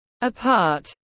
apart